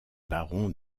baron